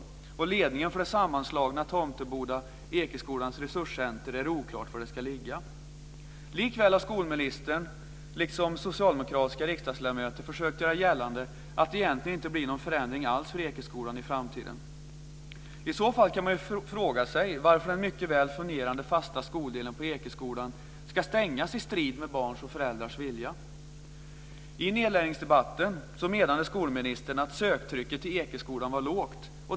Det är oklart var ledningen för det sammanslagna Tomteboda-Ekeskolans resurscentrum ska ligga. Likväl har skolministern liksom socialdemokratiska riksdagsledamöter försökt göra gällande att det egentligene inte blir någon förändring alls för Ekeskolan i framtiden. I så fall kan man fråga sig varför den mycket väl fungerande fasta skoldelen på I nedläggningsdebatten menade skolministern att söktrycket till Ekeskolan var lågt.